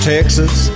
Texas